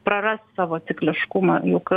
praras savo cikliškumą juk